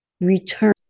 return